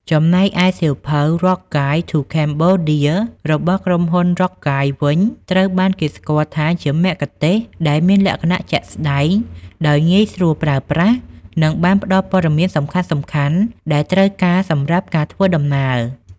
ចំណែកឯសៀវភៅ Rough Guide to Cambodia របស់ក្រុមហ៊ុន Rough Guides វិញ ត្រូវបានគេស្គាល់ថាជាមគ្គុទ្ទេសក៍ដែលមានលក្ខណៈជាក់ស្ដែង ងាយស្រួលប្រើប្រាស់ និងបានផ្ដល់ព័ត៌មានសំខាន់ៗដែលត្រូវការសម្រាប់ការធ្វើដំណើរ។